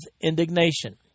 indignation